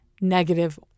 negative